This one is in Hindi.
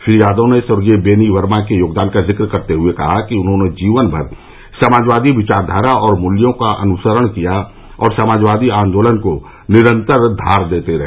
श्री यादव ने स्वर्गीय देनी वर्मा के योगदान का जिक करते हुए कहा कि उन्होंने जीवनभर समाजवादी विचारवारा और मूल्यों का अनुसरण किया और समाजवादी आन्दोलन को निरन्तर धार देते रहे